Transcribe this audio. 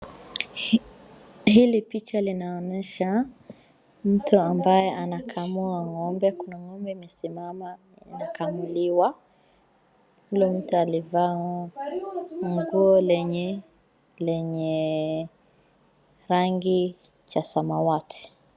Hili picha linaonesha mtu ambaye anakamua ngombe. Kuna ngombe imesimama inakamuliwa huyo mtu alivaa nguo lenye, lenye rangi cha samawati.